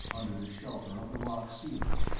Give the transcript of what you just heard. under the shelter of the rock ceiling.